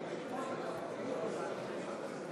הממשלה מבקשת שוב הצבעה שמית,